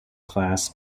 class